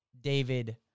David